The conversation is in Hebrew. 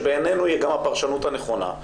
שבעינינו היא גם הפרשנות הנכונה,